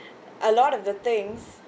a lot of the things